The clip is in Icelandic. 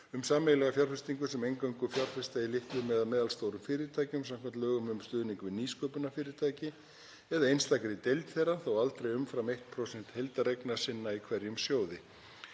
um sameiginlega fjárfestingu sem eingöngu fjárfesta í litlum eða meðalstórum fyrirtækjum skv. lögum um stuðning við nýsköpunarfyrirtæki, eða einstakri deild þeirra, þó aldrei umfram 1% heildareigna sinna í hverjum sjóði.